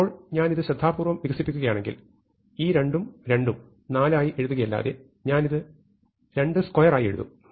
ഇപ്പോൾ ഞാൻ ഇത് ശ്രദ്ധാപൂർവ്വം വികസിപ്പിക്കുകയാണെങ്കിൽ ഈ 2 ഉം 2 ഉം 4 ആയി എഴുതുകയല്ലാതെ ഞാൻ ഇത് 22 ആയി എഴുതും